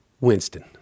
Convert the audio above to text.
Winston